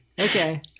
Okay